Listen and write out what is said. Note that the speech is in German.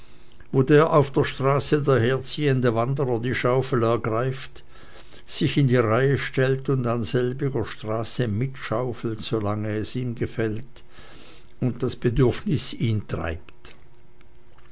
wo der auf der straße daherziehende wanderer die schaufel ergreift sich in die reihe stellt und an selbiger straße mitschaufelt solang es ihm gefällt und das bedürfnis ihn treibt